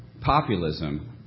populism